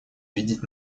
видеть